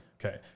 Okay